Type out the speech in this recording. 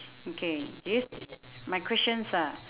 okay this my questions are